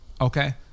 Okay